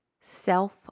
Self